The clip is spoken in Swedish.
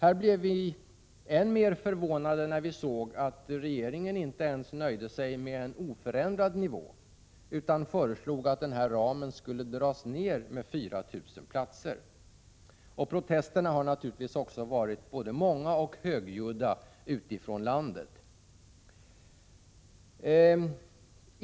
Vi blev än mer förvånade när vi såg att regeringen inte ens nöjde sig med en oförändrad nivå, utan föreslog att denna ram skulle dras ned med 4 000 platser. Protesterna utifrån landet har naturligtvis varit både många och högljudda.